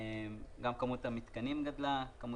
יושב פה חן בר יוסף,